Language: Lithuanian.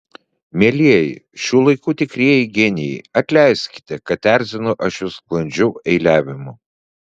mielieji šių laikų tikrieji genijai atleiskite kad erzinu aš jus sklandžiu eiliavimu